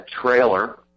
trailer